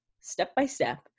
step-by-step